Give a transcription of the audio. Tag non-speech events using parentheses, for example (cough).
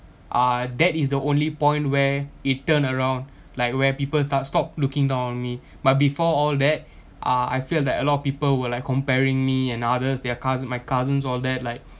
ah that is the only point where it turn around like where people start stop looking down on me but before all that (breath) uh I feel that a lot of people will like comparing me and others their cous~ my cousins all that like